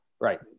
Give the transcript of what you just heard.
right